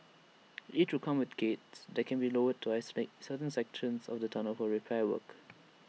each will come with gates that can be lowered to isolate certain sections of the tunnels for repair works